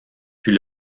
fut